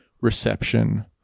reception